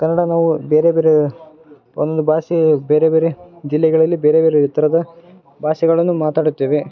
ಕನ್ನಡ ನಾವು ಬೇರೆ ಬೇರೆ ಒಂದೊಂದು ಭಾಷೆ ಬೇರೆ ಬೇರೆ ಜಿಲ್ಲೆಗಳಲ್ಲಿ ಬೇರೆ ಬೇರೆ ರಿ ಥರದ ಭಾಷೆಗಳನ್ನು ಮಾತಾಡುತ್ತೇವೆ